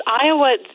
Iowa